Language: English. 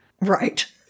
Right